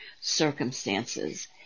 circumstances